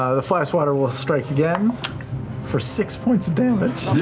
ah the fly swatter will strike again for six points of damage.